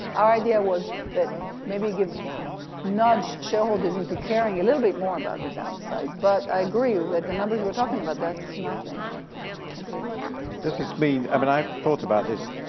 our idea was that maybe nudge shareholders into caring a little bit more about the downside but i agree with the numbers were talking about, that's nothing completely. does this mean i mean i've thought about this.